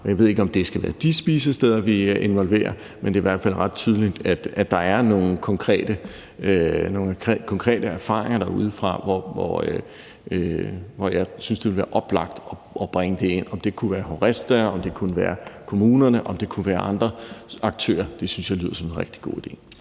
Jeg ved ikke, om det skal være de spisesteder, vi involverer, men det er i hvert fald ret tydeligt, at der er nogle konkrete erfaringer derudefra, som jeg synes det ville være oplagt at bringe ind. Det kunne være HORESTA, det kunne være kommunerne, og det kunne være andre aktører. Jeg synes, det lyder som en rigtig god idé.